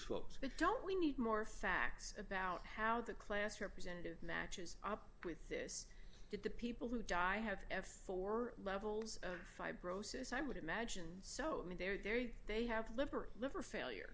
folks don't we need more facts about how the class representative matches up with this did the people who die have f four levels of fibrosis i would imagine so i mean they're very they have liberal liver failure